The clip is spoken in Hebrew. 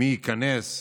מי ייכנס,